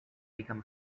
become